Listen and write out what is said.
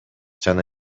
жана